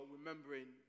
remembering